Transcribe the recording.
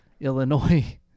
Illinois